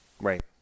Right